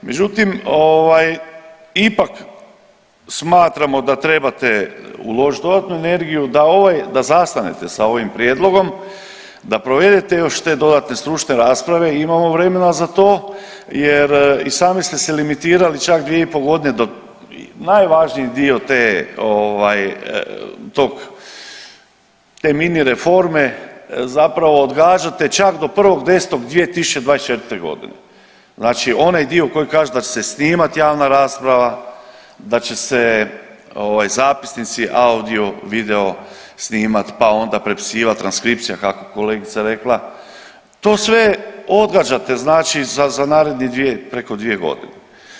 Međutim, ipak smatramo da trebate uložiti dodatnu energiju da ovaj da zastanete sa ovim prijedlogom, da provedete još te dodatne stručne rasprave, imamo vremena za to jer i sami ste si limitirali čak dvije i po godine najvažniji dio tog te mini reforme zapravo odgađate čak do 1.10.2024.g., znači onaj dio koji kaže da će se snimat javna rasprava, da će se zapisnici audio video snimat pa onda prepisivat transkripcija kako je kolegica rekla, to sve odgađate znači za naredne dvije preko dvije godine.